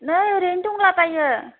नै ओरैनो दंला बायो